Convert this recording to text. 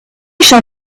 shall